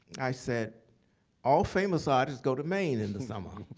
i said all famous artists go to maine in the summer.